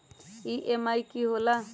EMI की होला?